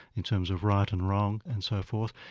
in terms of right and wrong and so forth,